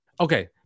Okay